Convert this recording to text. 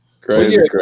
crazy